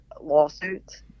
lawsuits